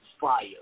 fire